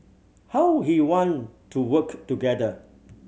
how he want to work together